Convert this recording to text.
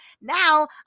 Now